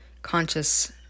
conscious